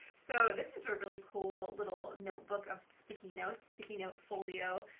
so this is a really cool little notebook of sticky notes, sticky note folio,